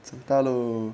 长大楼